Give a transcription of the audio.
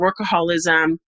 workaholism